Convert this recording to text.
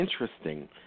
interesting